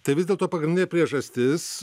tai vis dėlto pagrindinė priežastis